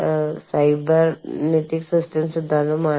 അതിനാൽ ബാലൻസ് നിലനിർത്തേണ്ടത് ആവശ്യമാണ്